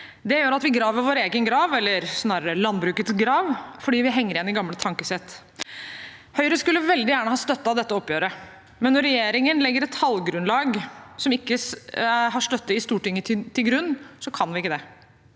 Det gjør at vi graver vår egen grav, eller snarere landbrukets grav, fordi vi henger igjen i gamle tankesett. Høyre skulle veldig gjerne ha støttet dette oppgjøret, men når regjeringen legger til grunn et tallgrunnlag som ikke har støtte i Stortinget, kan vi ikke det.